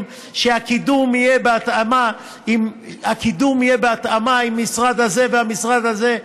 שהקידום יהיה בהתאמה עם משרד הזה והמשרד הזה,